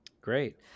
Great